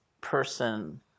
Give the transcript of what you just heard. person